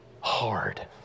hard